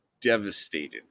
devastated